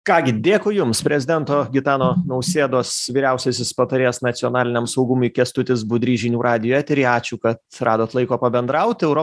ką gi dėkui jums prezidento gitano nausėdos vyriausiasis patarėjas nacionaliniam saugumui kęstutis budrys žinių radijo eteryje ačiū kad suradot laiko pabendraut